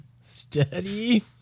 Steady